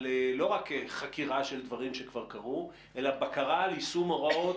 לא רק חקירה של דברים שכבר קרו אלא בקרה על יישום הוראות,